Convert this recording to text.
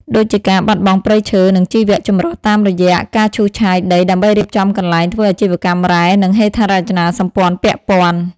ដូចជាការបាត់បង់ព្រៃឈើ និងជីវៈចម្រុះតាមរយះ ការឈូសឆាយដីដើម្បីរៀបចំកន្លែងធ្វើអាជីវកម្មរ៉ែ និងហេដ្ឋារចនាសម្ព័ន្ធពាក់ព័ន្ធ ។